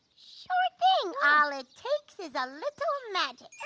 sure thing. all it takes is a little magic.